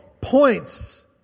points